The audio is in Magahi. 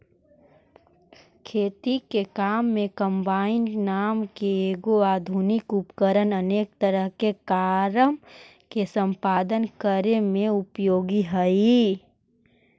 खेती के काम में कम्बाइन नाम के एगो आधुनिक उपकरण अनेक तरह के कारम के सम्पादन करे में उपयोगी हई